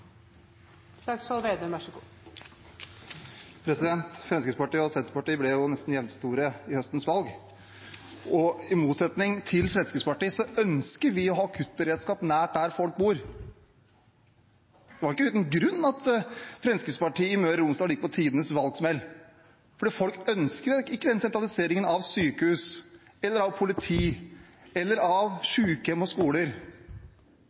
Fremskrittspartiet og Senterpartiet ble nesten jevnstore ved høstens valg. I motsetning til Fremskrittspartiet ønsker vi å ha akuttberedskap nær der folk bor. Det var ikke uten grunn at Fremskrittspartiet i Møre og Romsdal gikk på tidenes valgsmell. Folk ønsker ikke den sentraliseringen av sykehus,